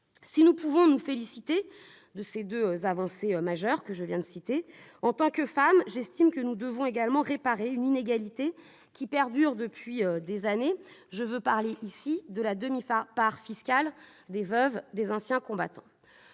Si nous pouvons nous féliciter des deux avancées majeures que je viens de citer, j'estime, en tant que femme, que nous devons également réparer une inégalité qui perdure depuis des années : je veux parler de la demi-part fiscale des veuves des anciens combattants.